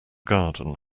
garden